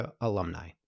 alumni